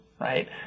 right